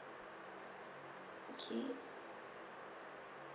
okay